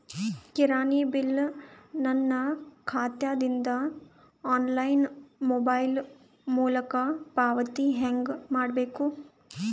ಕಿರಾಣಿ ಬಿಲ್ ನನ್ನ ಖಾತಾ ದಿಂದ ಆನ್ಲೈನ್ ಮೊಬೈಲ್ ಮೊಲಕ ಪಾವತಿ ಹೆಂಗ್ ಮಾಡಬೇಕು?